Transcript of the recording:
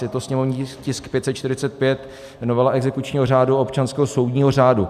Je to sněmovní tisk 545 novela exekučního řádu a občanského soudního řádu.